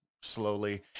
slowly